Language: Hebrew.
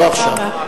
לא עכשיו.